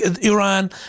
Iran